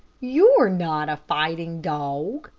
you're not a fighting dog,